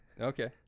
Okay